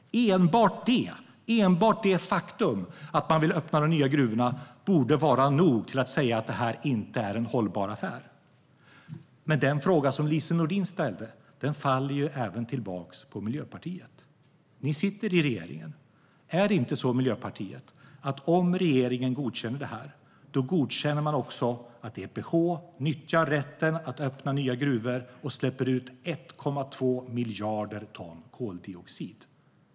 Enbart det faktum att man vill öppna de nya gruvorna borde vara nog för att säga: Det här är inte en hållbar affär. Men den fråga som Lise Nordin ställde faller ju även tillbaka på Miljöpartiet. Ni sitter i regeringen. Är det inte så, Miljöpartiet, att om regeringen godkänner det här godkänner man också att EPH nyttjar rätten att öppna nya gruvor och släpper ut 1,2 miljarder ton koldioxid?